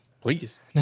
Please